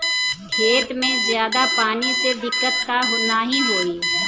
खेत में ज्यादा पानी से दिक्कत त नाही होई?